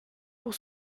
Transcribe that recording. pour